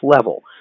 level